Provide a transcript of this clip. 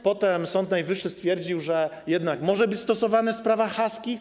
Potem Sąd Najwyższy stwierdził, że jednak może być stosowany w sprawach haskich.